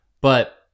But-